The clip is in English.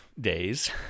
days